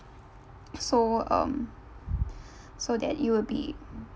so um so that you will be